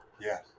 Yes